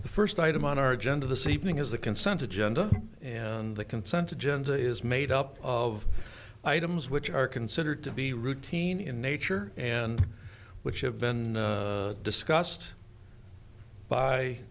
the first item on our agenda the saving is the consent agenda and the consent agenda is made up of items which are considered to be routine in nature and which have been discussed by